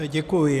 Děkuji.